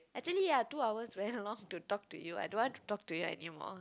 actually ah two hours very long to talk to you I don't want to talk to you anymore